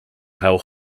how